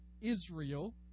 Israel